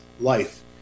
life